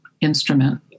instrument